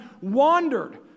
wandered